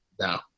No